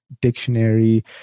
dictionary